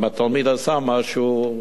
אם התלמיד עשה משהו,